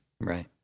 Right